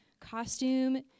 costume